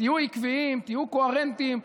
תהיו עקביים, תהיו קוהרנטיים.